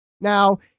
Now